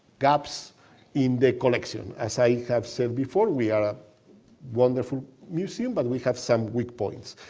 gaps in the collection. as i have said before, we are a wonderful museum, but we have some weak points.